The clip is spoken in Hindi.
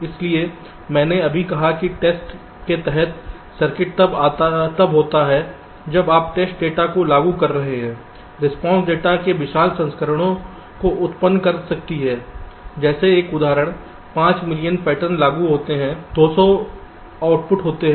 इसलिए मैंने अभी कहा है कि टेस्ट के तहत सर्किट तब होता है जब आप टेस्ट डेटा को लागू कर रहे हैं रिस्पांसस डेटा के विशाल संस्करणों को उत्पन्न कर सकती हैं जैसे एक उदाहरण 5 मिलियन पैटर्न लागू होते हैं 200 आउटपुट होते हैं